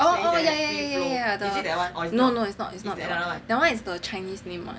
oh oh yeah yeah no no it's not it's not that one is the chinese name [one]